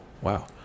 wow